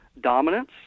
dominance